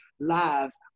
lives